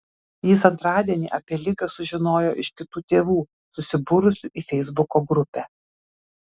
jis antradienį apie ligą sužinojo iš kitų tėvų susibūrusių į feisbuko grupę